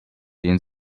denen